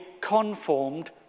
conformed